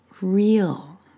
real